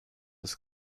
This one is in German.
ist